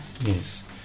Yes